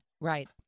Right